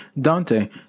Dante